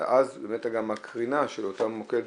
אבל אז באמת גם הקרינה של אותו מוקד